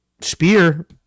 Spear